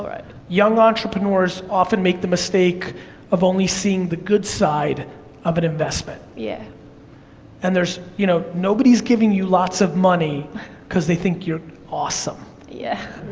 young entrepreneurs often make the mistake of only seeing the good side of an investment. yeah and there's, you know nobody's giving you lots of money cause they think you're awesome. yeah